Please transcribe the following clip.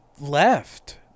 left